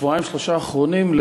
בשבועיים-שלושה האחרונים,